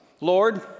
Lord